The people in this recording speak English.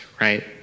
right